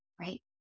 right